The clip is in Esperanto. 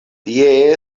tie